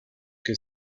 que